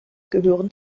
gehören